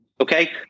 Okay